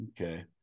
okay